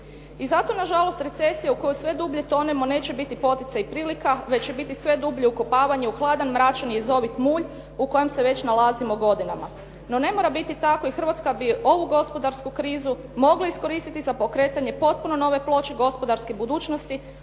I nažalost, recesija u koju sve dublje tonemo neće biti poticaj i prilika već će biti sve dublje ukopavanje u hladan, mračan i jezovit mulj u kojem se već nalazimo godinama. No ne mora biti tako. I Hrvatska bi ovu gospodarsku krizu mogla iskoristiti za pokretanje popuno nove ploče gospodarske budućnosti